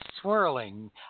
swirling